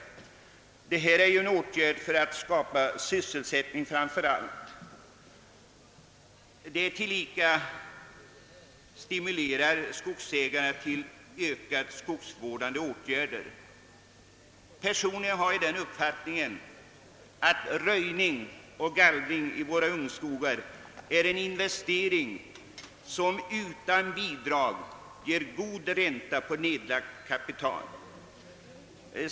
Åtgärden har framför allt tillkommit för att bereda sysselsättningsmöjligheter, men den stimulerar samtidigt skogsägarna till ökad skogsvård. Jag har för egen del den uppfattningen att röjning och gallring i våra ungskogar är en investering som även utan bidrag ger god ränta på nedlagt kapital.